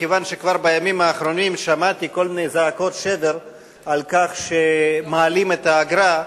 מכיוון שבימים האחרונים שמעתי כל מיני זעקות שבר על כך שמעלים את האגרה,